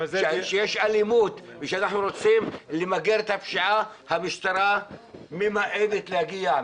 כשיש אלימות וכשאנחנו רוצים למגר את הפשיעה המשטרה ממאנת להגיע,